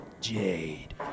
Jade